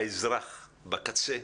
האזרח בקצה,